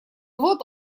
вот